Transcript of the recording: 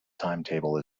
timetable